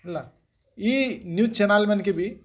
ହେଲା ଏହି news channel ମାନ୍ କେବି